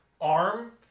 arm